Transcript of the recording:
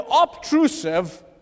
obtrusive